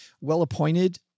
well-appointed